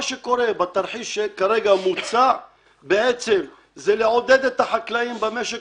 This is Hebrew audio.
מה שקורה בתרחיש שכרגע מוצע בעצם זה לעודד את החקלאים במשק